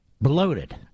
bloated